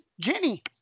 Jenny